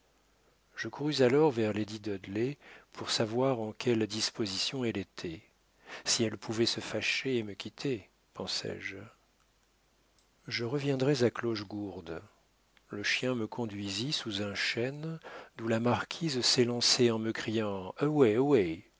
je courus alors vers lady dudley pour savoir en quelles dispositions elle était si elle pouvait se fâcher et me quitter pensai-je je reviendrais à clochegourde le chien me conduisit sous un chêne d'où la marquise s'élança en me criant